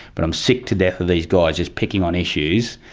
but i'm sick to death of these guys just picking on issues,